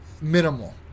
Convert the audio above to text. minimal